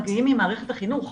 מגיעים ממערכת החינוך,